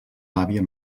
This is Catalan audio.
àvia